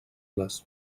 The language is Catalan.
les